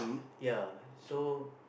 ya so